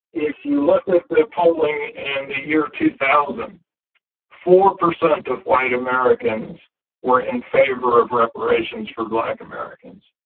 if you look at the polling and the year, two thousand four percent of white americans were in favor of reparations for black americans.